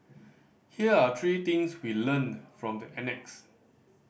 here are three things we learnt from the annex